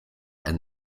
and